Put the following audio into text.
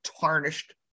tarnished